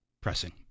pressing